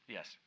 Yes